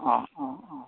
অঁ অঁ অঁ